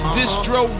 Distro